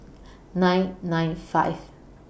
nine nine five